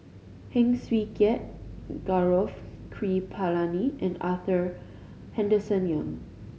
Heng Swee Keat Gaurav Kripalani and Arthur Henderson Young